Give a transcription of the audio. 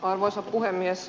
arvoisa puhemies